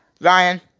Ryan